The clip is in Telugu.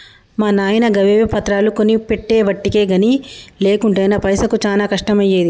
మా నాయిన గవేవో పత్రాలు కొనిపెట్టెవటికె గని లేకుంటెనా పైసకు చానా కష్టమయ్యేది